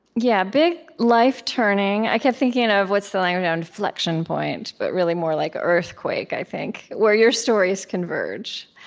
yeah big life turning i kept thinking of, what's the language um inflection point, but really, more like earthquake, i think, where your stories converge.